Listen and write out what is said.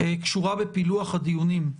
קשורה בפילוח הדיונים,